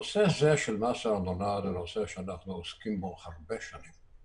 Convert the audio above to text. הנושא הזה של מס הארנונה זה נושא שאנחנו עוסקים בו הרבה שנים.